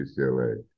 UCLA